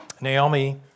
Naomi